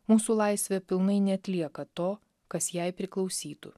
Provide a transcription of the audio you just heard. mūsų laisvė pilnai neatlieka to kas jai priklausytų